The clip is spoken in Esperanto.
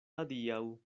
adiaŭ